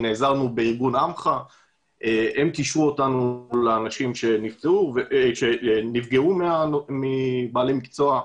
נעזרנו בארגון עמך שהם קישרו אותנו לאנשים שנפגעו מבעלי מקצוע.